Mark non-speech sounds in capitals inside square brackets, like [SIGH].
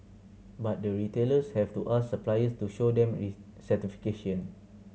but the retailers have to ask suppliers to show them [UNINTELLIGIBLE] certification